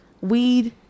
weed